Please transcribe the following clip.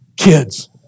Kids